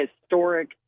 historic